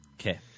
Okay